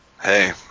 hey